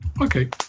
Okay